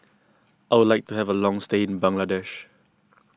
I would like to have a long stay in Bangladesh